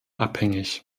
abhängig